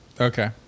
Okay